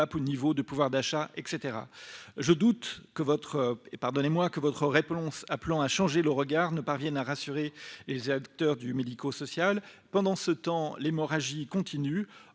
bas niveau de pouvoir d'achat. Je doute que votre réponse appelant à changer de regard ne parvienne à rassurer les acteurs du médico-social ! Pendant ce temps, l'hémorragie continue.